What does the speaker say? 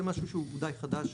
זה משהו שהוא די חדש,